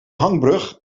hangbrug